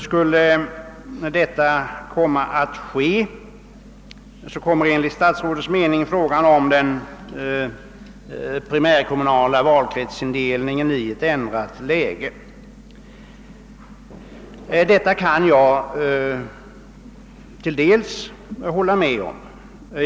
Skulle så ske, kommer enligt statsrådets mening frågan om den primärkommunala valkretsindelningen i ett ändrat läge. Detta kan jag till dels hålla med om.